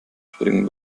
springen